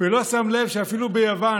ולא שם לב שאפילו ביוון,